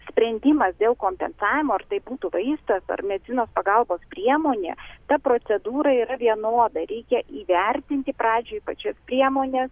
sprendimas dėl kompensavimo ar tai būtų vaistas ar medicinos pagalbos priemonė ta procedūra yra vienoda reikia įvertinti pradžioj pačias priemones